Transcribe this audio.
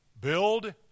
build